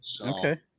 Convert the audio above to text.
Okay